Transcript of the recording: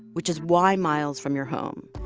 which is y miles from your home.